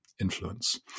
influence